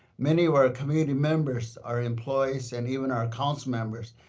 many of our community members are employees and even our counsel members,